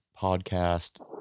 podcast